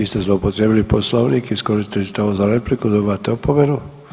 Vi ste zloupotrijebili Poslovnik, iskoristili ste ovo za repliku, dobivate opomenu.